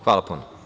Hvala.